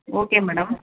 okay madam